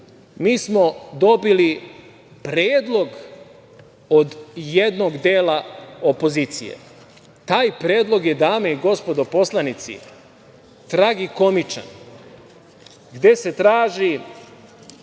mi smo dobili predlog od jednog dela opozicije. Taj predlog je, dame i gospodo poslanici, tragikomičan, a gde se traži